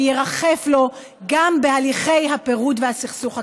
וירחף לו גם בהליכי הפירוד והסכסוך הקשים.